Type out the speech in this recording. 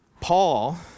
Paul